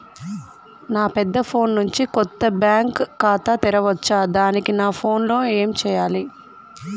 నా పెద్ద ఫోన్ నుండి కొత్త బ్యాంక్ ఖాతా తెరవచ్చా? దానికి నా ఫోన్ లో ఏం చేయాలి?